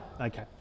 Okay